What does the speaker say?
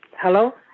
Hello